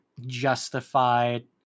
justified